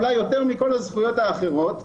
יותר מכל הזכויות האחרות,